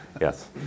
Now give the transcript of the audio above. Yes